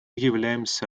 являемся